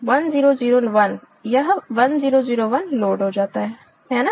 1 0 0 1 यह 1 0 0 1 लोड हो जाता है है ना